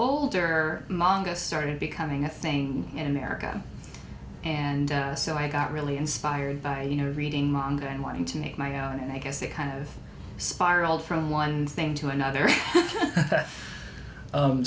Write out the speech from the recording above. monga started becoming a thing in america and so i got really inspired by you know reading longer and wanting to make my own and i guess it kind of spiraled from one thing to another